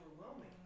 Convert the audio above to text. overwhelming